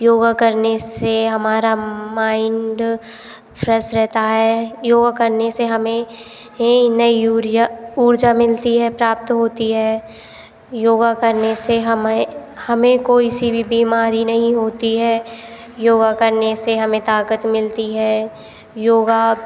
योगा करने से हमारा माइंड फ्रेश रहता है योगा करने से हमें ये नई उर्जा मिलती है प्राप्त होती है योगा करने से हमें हमें कोई सी भी बीमारी नहीं होती है योगा करने से हमें ताकत मिलती है योगा